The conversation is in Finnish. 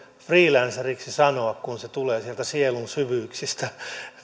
freelanceriksi sanoa kun se tulee sieltä sielun syvyyksistä